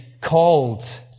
called